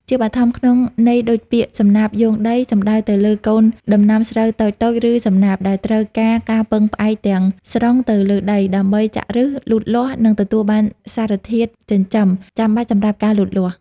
ជាបឋម ក្នុងន័យដូចពាក្យ សំណាបយោងដី សំដៅទៅលើកូនដំណាំស្រូវតូចៗ ឬសំណាប ដែលត្រូវការការពឹងផ្អែកទាំងស្រុងទៅលើដី ដើម្បីចាក់ឬស លូតលាស់ និងទទួលបានសារធាតុចិញ្ចឹមចាំបាច់សម្រាប់ការលូតលាស់។